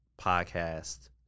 podcast